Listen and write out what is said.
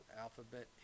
Alphabet